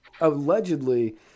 allegedly –